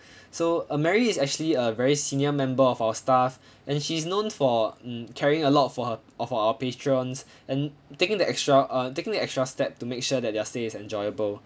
so uh mary is actually a very senior member of our staff and she's known for mm caring a lot for her of our patrons and taking the extra uh taking the extra step to make sure that their stay is enjoyable